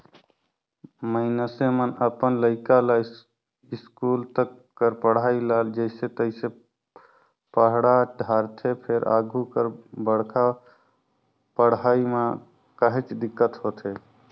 मइनसे मन अपन लइका ल इस्कूल तक कर पढ़ई ल जइसे तइसे पड़हा डारथे फेर आघु कर बड़का पड़हई म काहेच दिक्कत होथे